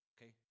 Okay